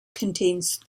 contains